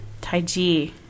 taiji